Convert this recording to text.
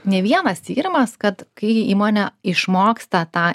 ne vienas tyrimas kad kai įmonė išmoksta tą